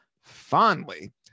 fondly